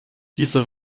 dieser